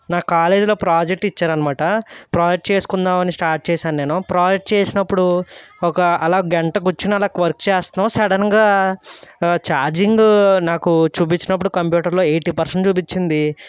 నా కాలేజీలో ప్రాజెక్ట్ ఇచ్చారన్నమాట ప్రాజెక్ట్ చేసుకుందామని స్టార్ట్ చేసాను నేను ప్రాజెక్ట్ చేసినప్పుడు ఒక అలా గంట కూర్చొని అలా వర్క్ చేస్తున్నాము సడన్గా చార్జింగ్ నాకు చూపించినపుడు కంప్యూటర్లో ఎయిటీ పర్సెంట్ చూపించింది